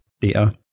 data